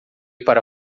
para